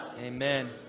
Amen